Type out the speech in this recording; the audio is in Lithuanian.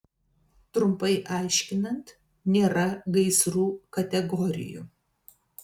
trumpai aiškinant nėra gaisrų kategorijų